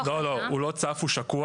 לא, לא, הוא לא צף, הוא שקוע.